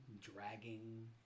dragging